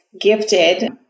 gifted